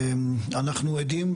אנחנו עדים,